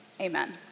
amen